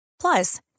Plus